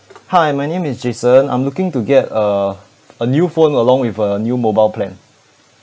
hi my name is jason I'm looking to get a a new phone along with a new mobile plan